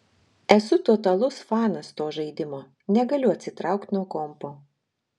esu totalus fanas to žaidimo negaliu atsitraukt nuo kompo